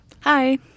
Hi